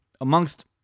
Amongst